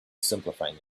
simplifying